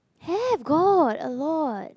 have got a lot